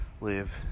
live